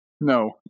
No